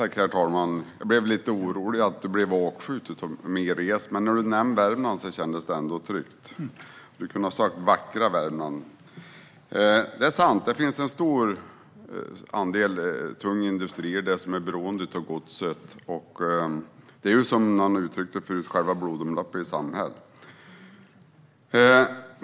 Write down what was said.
Herr talman! Jag blev lite orolig att du blev åksjuk av min resa, Anders Åkesson, men när du nämnde Värmland kändes det ändå tryggt. Du kunde ha sagt vackra Värmland! Det är sant; det finns en stor andel tung industri där som är beroende av godstrafiken. Som någon uttryckte det tidigare är den själva blodomloppet i samhället.